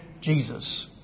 Jesus